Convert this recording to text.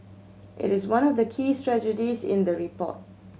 it is one of the key strategies in the report